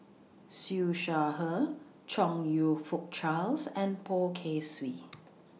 Siew Shaw Her Chong YOU Fook Charles and Poh Kay Swee